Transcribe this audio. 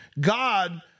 God